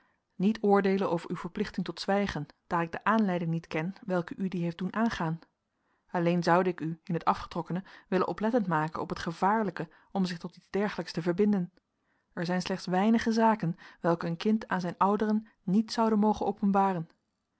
niet oordeelen over uw verplichting tot zwijgen daar ik de aanleiding niet ken welke u die heeft doen aangaan alleen zoude ik u in t afgetrokkene willen oplettend maken op het gevaarlijke om zich tot iets dergelijks te verbinden er zijn slechts weinige zaken welke een kind aan zijn ouderen niet zoude mogen openbaren